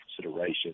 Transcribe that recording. consideration